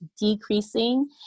decreasing